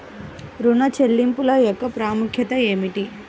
ఋణ చెల్లింపుల యొక్క ప్రాముఖ్యత ఏమిటీ?